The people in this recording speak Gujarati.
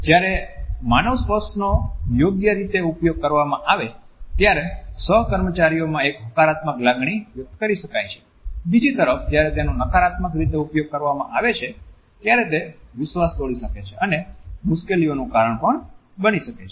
જ્યારે માનવ સ્પર્શનો યોગ્ય રીતે ઉપયોગ કરવામાં આવે ત્યારે સહ કર્મચારીમાં એક હકારાત્મક લાગણી વ્યક્ત કરી શકાય છે બીજી તરફ જ્યારે તેનો નકારાત્મક રીતે ઉપયોગ કરવામાં આવે છે ત્યારે તે વિશ્વાસ તોડી શકે છે અને મુશ્કેલીઓનું કારણ પણ બની શકે છે